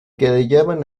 querellaban